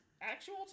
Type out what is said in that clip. actual